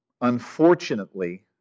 unfortunately